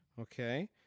Okay